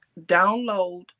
download